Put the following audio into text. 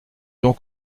donc